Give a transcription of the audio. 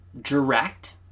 direct